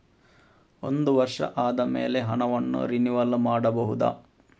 ಒಂದು ವರ್ಷ ಆದಮೇಲೆ ಹಣವನ್ನು ರಿನಿವಲ್ ಮಾಡಬಹುದ?